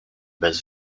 bez